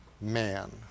man